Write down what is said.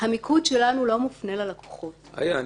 המיקוד שלנו לא מופנה ללקוחות -- איה,